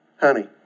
honey